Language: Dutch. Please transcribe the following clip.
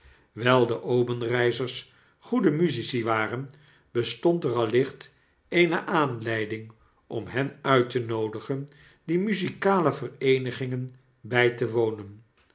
wijl de obenreizers goede musici waren bestond er allicht eene aanleiding om hen uit te noodigen die muzikale vereenigingen bij te wonen